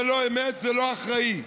זה לא אמת וזה לא אחראי.